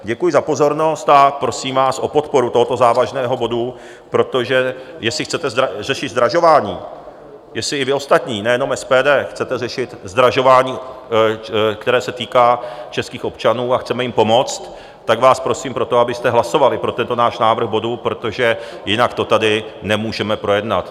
Děkuji za pozornost a prosím vás o podporu tohoto závažného bodu, protože jestli chcete řešit zdražování, jestli i vy ostatní nejenom SPD chcete řešit zdražování, které se týká českých občanů, a chcete jim pomoci, tak vás prosím, abyste hlasovali pro tento náš návrh bodu, protože jinak to tady nemůžeme projednat.